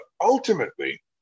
ultimately